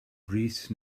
brys